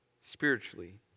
spiritually